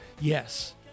Yes